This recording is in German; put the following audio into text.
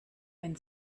wenn